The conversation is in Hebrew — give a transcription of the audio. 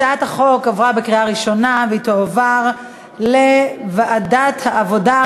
הצעת החוק עברה בקריאה ראשונה ותועבר לוועדת העבודה,